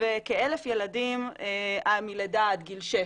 וכאלף ילדים מלידה עד גיל 6,